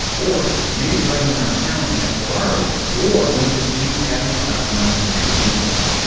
or maybe driving around town in a ferrari or one of his two heavily customized lamborghinis.